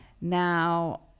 now